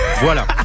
Voilà